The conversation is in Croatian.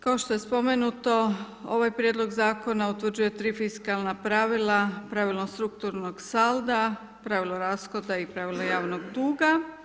Kao što je spomenuto, ovaj prijedlog Zakona utvrđuje 3 fiskalna pravila, Pravilo strukturnog salda, Pravilo rashoda i Pravilo javnog duga.